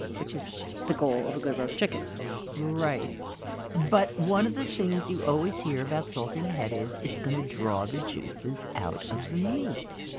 which is the goal of a good roast chicken but one of the things you always hear about salting ahead is it's going to draw the juices out of the meat.